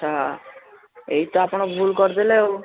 ଆଛା ଏହିଠି ତ ଆପଣ ଭୁଲ କରିଦେଲେ ଆଉ